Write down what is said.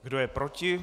Kdo je proti?